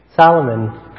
Solomon